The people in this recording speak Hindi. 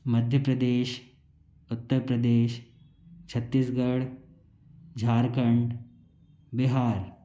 मध्य प्रदेश उत्तर प्रदेश छत्तीसगढ़ झारखंड बिहार